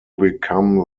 become